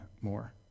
more